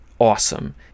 awesome